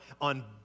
on